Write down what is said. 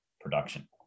production